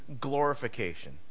glorification